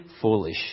foolish